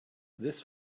this